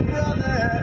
Brother